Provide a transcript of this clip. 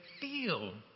feel